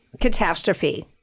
catastrophe